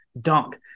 dunk